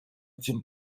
этим